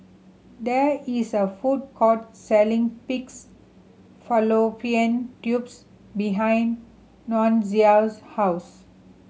there is a food court selling pig's fallopian tubes behind Nunzio's house